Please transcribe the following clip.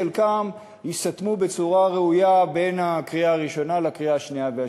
חלקם ייסתמו בצורה ראויה בין הקריאה הראשונה לקריאה השנייה והשלישית.